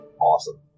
awesome